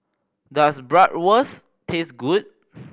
does Bratwurst taste good